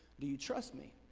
do you trust me?